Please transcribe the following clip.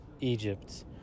Egypt